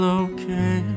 okay